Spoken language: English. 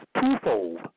twofold